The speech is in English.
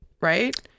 right